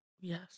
Yes